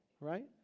right